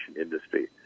industry